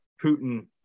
Putin